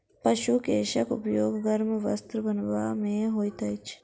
पशु केशक उपयोग गर्म वस्त्र बनयबा मे होइत अछि